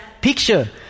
picture